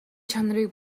чанарыг